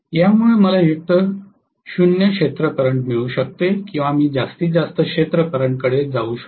यामुळे मला एकतर 0 क्षेत्र करंट मिळू शकते किंवा मी जास्तीत जास्त क्षेत्र करंट कडे जाऊ शकतो